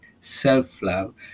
self-love